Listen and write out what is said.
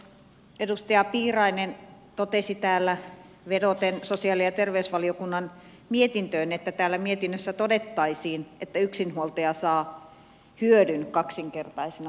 edustaja piirainen totesi täällä vedoten sosiaali ja terveysvaliokunnan mietintöön että täällä mietinnössä todettaisiin että yksinhuoltaja saa hyödyn kaksinkertaisena